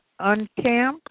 Uncamp